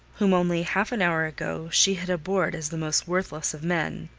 whom only half an hour ago she had abhorred as the most worthless of men,